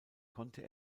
konnte